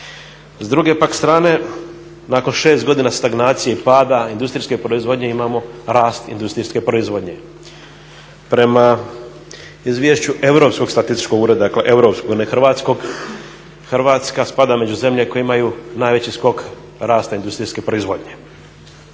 S druge pak strane, nakon 6 godina stagnacije i pada industrijske proizvodnje imamo rast industrijske proizvodnje. Prema izvješću Europskog statističkog ureda, dakle europskog ne hrvatskog Hrvatska spada među zemlje koje imaju najveći skok rasta industrijske proizvodnje.